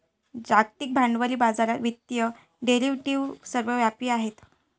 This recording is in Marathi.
जागतिक भांडवली बाजारात वित्तीय डेरिव्हेटिव्ह सर्वव्यापी आहेत